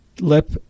lip